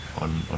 on